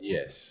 Yes